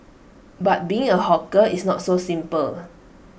but being A hawker it's not so simple